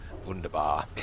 Wunderbar